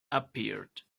appeared